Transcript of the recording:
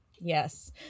Yes